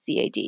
CAD